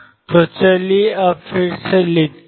तो चलिए अब फिर से लिखते हैं